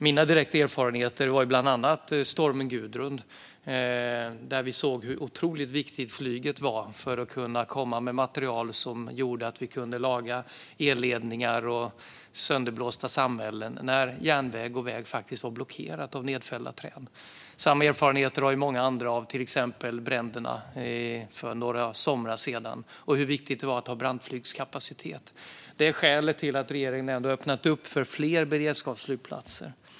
Mina direkta erfarenheter kommer bland annat från stormen Gudrun, där vi såg hur otroligt viktigt flyget var för att kunna komma fram med material som gjorde att vi kunde laga elledningar och sönderblåsta samhällen när järnväg och väg var blockerade av nedfällda träd. Samma erfarenheter har många andra av till exempel bränderna för några somrar sedan, när man såg hur viktigt det var att ha brandflygskapacitet. Det är skälet till att regeringen har öppnat upp för fler beredskapsflygplatser.